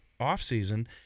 offseason